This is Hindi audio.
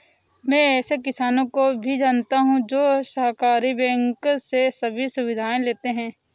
मैं ऐसे किसानो को भी जानता हूँ जो सहकारी बैंक से सभी सुविधाएं लेते है